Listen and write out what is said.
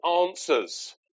answers